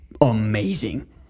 amazing